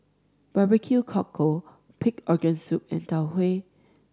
barbecue cockle pig organ soup and Tau Huay